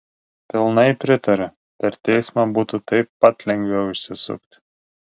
pilnai pritariu per teismą būtų taip pat lengviau išsisukti